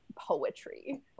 poetry